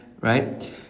right